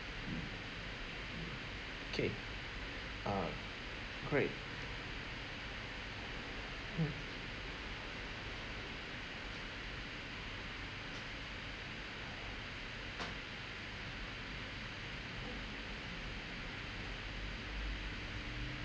okay uh great mm